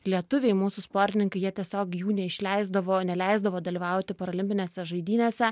lietuviai mūsų sportininkai jie tiesiog jų neišleisdavo neleisdavo dalyvauti parolimpinėse žaidynėse